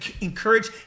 encourage